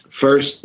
first